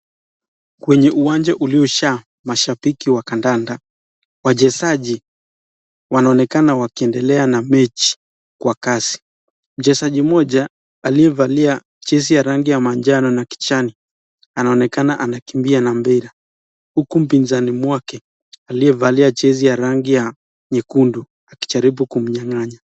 Kwenye uwanja ulioshaa mashabiki wa Kandanda, wachezaji wanaonekana wakiendelea na mechi kwa kasi. Mchezaji mmoja aliyevalia jezi ya rangi ya manjano na kijani anaonekana anakimbia na mpira huku mpinzani mwake aliyevalia jezi ya rangi ya nyekundu akijaribu kumnyang'anya.